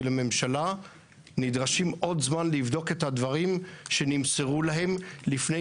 לממשלה דורשים עוד זמן לבדוק את הדברים שנמסרו להם לפני